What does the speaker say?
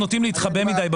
כאשר כמה מאות דירות בשנה,